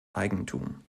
eigentum